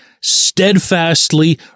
steadfastly